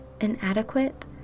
Inadequate